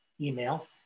email